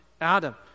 Adam